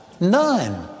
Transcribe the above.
None